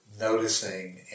noticing